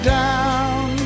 down